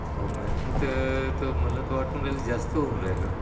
अहो मॅडम तर तो मला तो वाटून राहिलं जास्त होऊन राहिलं